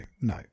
no